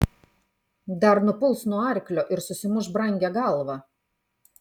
dar nupuls nuo arklio ir susimuš brangią galvą